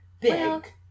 big